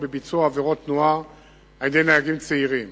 בביצוע עבירות תנועה על-ידי נהגים צעירים,